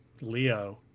Leo